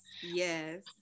yes